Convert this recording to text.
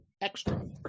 extra